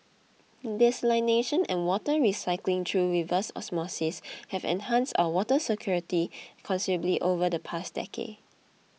desalination and water recycling through reverse osmosis have enhanced our water security considerably over the past decade